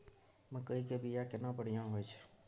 मकई के बीया केना बढ़िया होय छै?